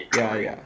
ya ya